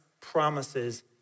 promises